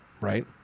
right